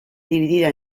dividida